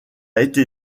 été